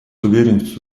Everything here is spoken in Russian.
уверенностью